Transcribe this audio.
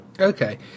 okay